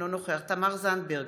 אינו נוכח תמר זנדברג,